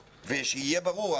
ברור,